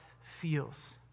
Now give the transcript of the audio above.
feels